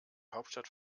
hauptstadt